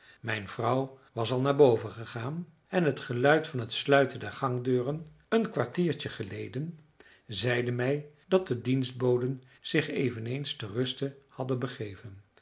mijn vrouw was al naar boven gegaan en het geluid van het sluiten der gangdeuren een kwartiertje geleden zeide mij dat de dienstboden zich eveneens ter ruste hadden begeven